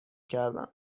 کردم